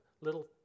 Little